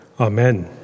Amen